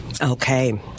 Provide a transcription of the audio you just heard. Okay